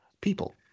people